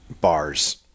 bars